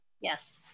Yes